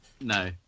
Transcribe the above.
no